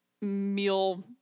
meal